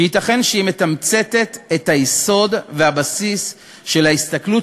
שייתכן שהיא מתמצתת את היסוד והבסיס של ההסתכלות